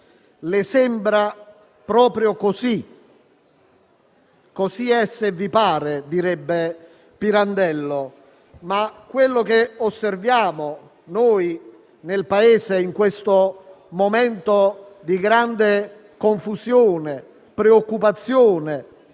Le sembra proprio così? «Così è se vi pare», direbbe Pirandello, ma quello che osserviamo noi nel Paese, in questo momento di grande confusione, preoccupazione,